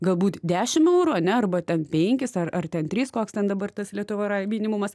galbūt dešim eurų ane arba ten penkis ar ar ten trys koks ten dabar tas lietuvoj yra minimumas